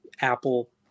apple